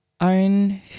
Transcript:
own